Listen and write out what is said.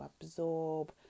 absorb